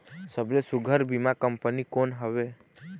सबले सुघ्घर बीमा कंपनी कोन हवे?